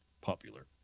popular